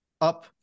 up